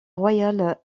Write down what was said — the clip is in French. royal